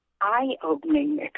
eye-opening